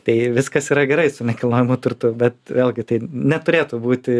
tai viskas yra gerai su nekilnojamu turtu bet vėlgi tai neturėtų būti